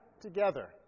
together